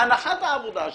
הנחת העבודה שלי,